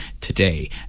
today